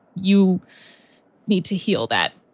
you need to heal that.